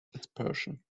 dispersion